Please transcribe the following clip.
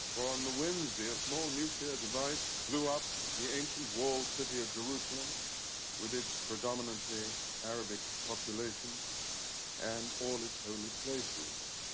or on the wednesday, a small nuclear device blew up the ancient walled city of jerusalem with its predominantly arabic population and all its holy places.